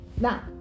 now